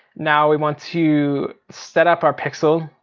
now we want to set up our pixel.